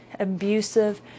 abusive